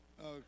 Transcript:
Okay